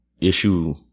issue